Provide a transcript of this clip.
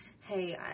hey